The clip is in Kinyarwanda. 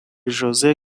josé